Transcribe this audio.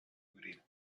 гриль